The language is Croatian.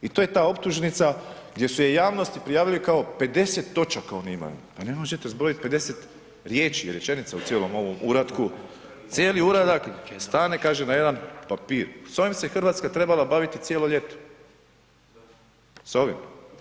I to je ta optužnica gdje su je javnosti prijavili kao 50 točaka oni imaju, pa ne možete zbrojit 50 riječi, rečenica u cijelom ovom uratku, cijeli uradak stane kažem na jedan papir, s ovim se RH trebala baviti cijelo ljeto. … [[Upadica iz klupe se ne razumije]] S ovim.